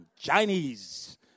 Chinese